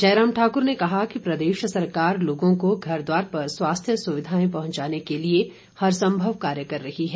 जयराम ठाकुर ने कहा कि प्रदेश सरकार लोगों को घर द्वार पर स्वास्थ्य सुविधाएं पहुंचाने के लिए हर संभव कार्य कर रही है